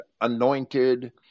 anointed